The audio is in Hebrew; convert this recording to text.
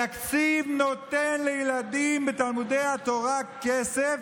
התקציב נותן לילדים בתלמודי התורה כסף,